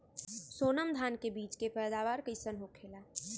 सोनम धान के बिज के पैदावार कइसन होखेला?